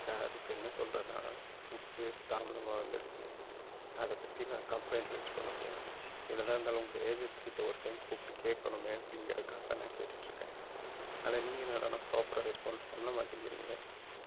sir இப்போ என்ன சொல்றேனா ஃபுட்டு தாமதமாக வந்துடுச்சு அதை பற்றி நான் கம்ப்ளெயிண்ட் ரைஸ் பண்ண போறேன் என்னதான் இருந்தாலும் உங்க ஏஜென்சி கிட்ட ஒரு டைம் கூப்பிட்டு கேட்கணுமே அப்படிங்குறகாக நான் கேட்டுகிட்ருக்கன் ஆனால் நீங்கள் என்னடானா ப்ராப்பராக ரெஸ்பான்ஸ் பண்ண மாட்டேங்கிறீங்க